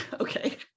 okay